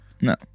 no